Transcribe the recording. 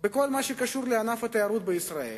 בכל מה שקשור לענף התיירות בישראל,